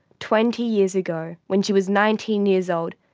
twenty years ago, when she was nineteen years old,